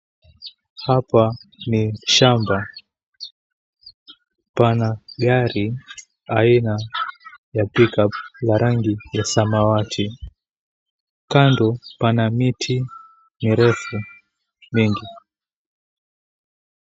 Hapa ni shamba. Pana gari aina ya Pick-Up la rangi ya samawati. Kando, pana miti mirefu mingi.